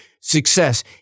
Success